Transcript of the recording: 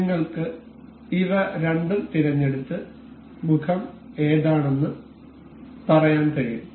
നിങ്ങൾക്ക് ഇവ രണ്ടും തിരഞ്ഞെടുത്ത് മുഖം ഏതാണെന്ന് പറയാൻ കഴിയും